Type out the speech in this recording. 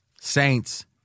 Saints